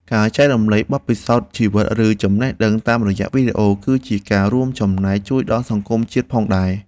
ការចែករំលែកបទពិសោធន៍ជីវិតឬចំណេះដឹងតាមរយៈវីដេអូ គឺជាការរួមចំណែកជួយដល់សង្គមជាតិផងដែរ។